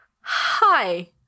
hi